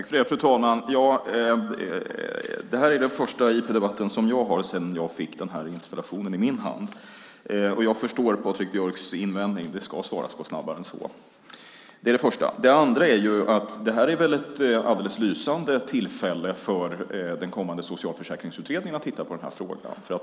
Fru talman! Detta är den första interpellationsdebatt som jag har sedan jag fick den här interpellationen i min hand. Jag förstår Patrik Björcks invändning: Det ska svaras snabbare än så. Det är det första. Det andra är att det väl vore ett alldeles lysande tillfälle att låta den kommande socialförsäkringsutredningen titta på den här frågan.